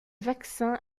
vaccins